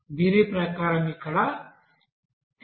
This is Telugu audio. దీని ప్రకారం ఇక్కడ lnab ba